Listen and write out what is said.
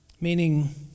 Meaning